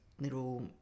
little